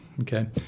okay